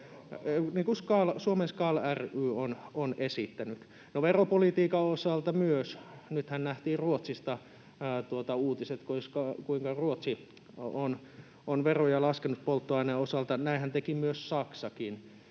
kuin Suomen SKAL ry on esittänyt. — No, veropolitiikan osalta myös. Nythän nähtiin Ruotsista uutiset, kuinka Ruotsi on veroja laskenut polttoaineen osalta. Näinhän teki Saksakin,